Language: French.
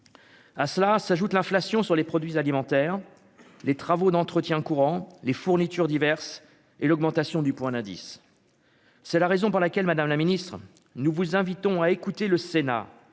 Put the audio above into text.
à cela s'ajoute l'inflation sur les produits alimentaires, les travaux d'entretien courants les fournitures diverses et l'augmentation du point d'indice, c'est la raison pour laquelle, Madame la Ministre, nous vous invitons à écouter le Sénat